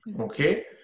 okay